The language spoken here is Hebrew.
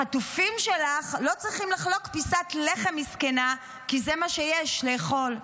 החטופים שלך לא צריכים לחלוק פיסת לחם מסכנה כי זה מה שיש לאכול,